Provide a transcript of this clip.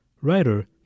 Writer